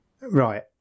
Right